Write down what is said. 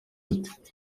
ate